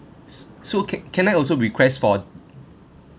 s~ so can can I also request for